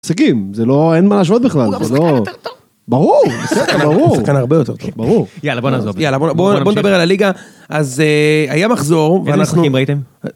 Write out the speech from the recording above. הישגים, זה לא, אין מה לשמוע בכלל. הוא גם שחקן הרבה יותר טוב. ברור, שחקן הרבה יותר טוב, ברור. יאללה, בוא נעזוב. בוא נדבר על הליגה. אז היה מחזור, ואנחנו, איזה משחקים ראיתם?